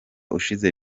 ushize